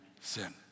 sin